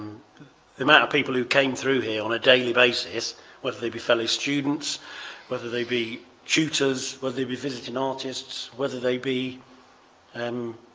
the amount of people who came through there on a daily basis whether they be fellow students whether they be tutors whether they be visiting artists whether they be um